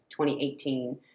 2018